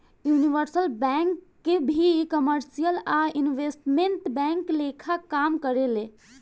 universal bank भी commercial आ investment bank लेखा काम करेले